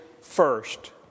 first